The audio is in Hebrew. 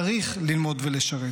צריך ללמוד ולשרת.